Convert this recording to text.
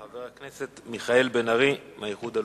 חבר הכנסת מיכאל בן-ארי מהאיחוד הלאומי,